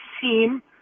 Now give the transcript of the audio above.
team